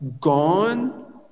gone